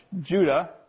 Judah